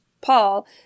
Paul